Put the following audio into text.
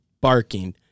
barking